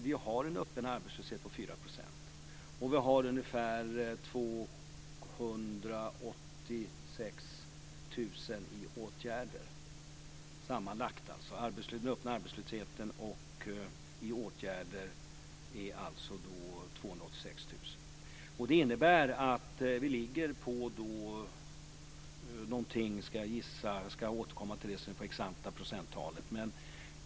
Antalet personer som är öppet arbetslösa tillsammans med dem som befinner sig i åtgärder uppgår till 286 000. Jag ska återkomma till det exakta procenttalet.